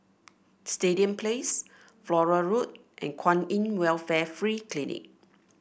Stadium Place Flora Road and Kwan In Welfare Free Clinic